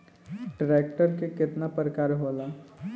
Tractor के केतना प्रकार होला?